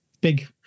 big